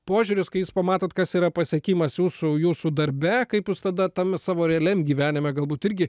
požiūris kai jūs pamatote kas yra pasiekimas jūsų jūsų darbe kaip jūs tada tame savo realiam gyvenime galbūt irgi